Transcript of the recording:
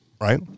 right